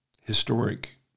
historic